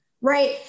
right